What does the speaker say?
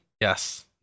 Yes